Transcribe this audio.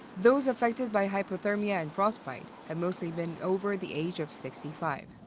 those affected by hypothermia and frostbite have mostly been over the age of sixty five.